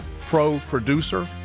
pro-producer